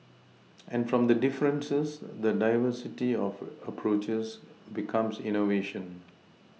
and from the differences the diversity of approaches becomes innovation